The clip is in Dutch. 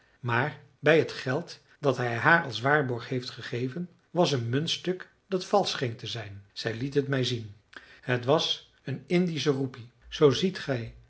maar bij het geld dat hij haar als waarborg heeft gegeven was een muntstuk dat valsch scheen te zijn zij liet het mij zien het was een indische ropy zoo ziet gij